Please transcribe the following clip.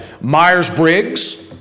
Myers-Briggs